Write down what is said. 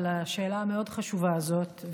על השאלה המאוד-חשובה הזאת.